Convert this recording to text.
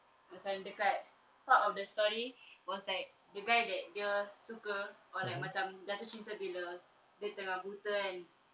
macam dekat part of the story was like the guy that dia suka or like macam jatuh cinta bila dia tengah buta kan